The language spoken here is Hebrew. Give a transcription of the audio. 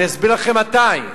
אני אסביר לכם מתי.